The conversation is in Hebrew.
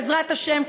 בעזרת השם,